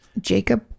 Jacob